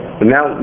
Now